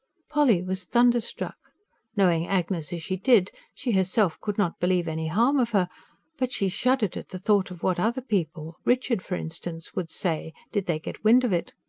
polly was thunder-struck knowing agnes as she did, she herself could not believe any harm of her but she shuddered at the thought of what other people richard, for instance would say, did they get wind of it.